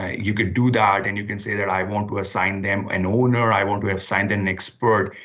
you could do that and you can say that i want to assign them an owner, i want to have signed an expert.